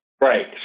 Right